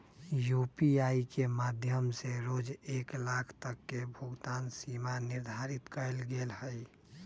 UPI के माध्यम से रोज एक लाख तक के भुगतान सीमा निर्धारित कएल गेल हइ